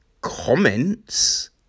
comments